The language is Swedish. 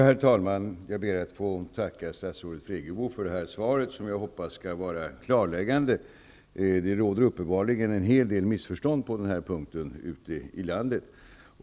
Herr talman! Jag ber att få tacka statsrådet Friggebo för det här svaret, som jag hoppas skall vara klarläggande. Det råder uppenbarligen ute i landet en hel del missförstånd på den här punkten.